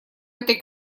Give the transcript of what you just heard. этой